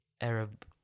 Arab